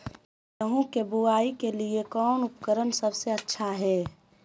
गेहूं के बुआई के लिए कौन उपकरण सबसे अच्छा है?